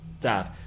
dad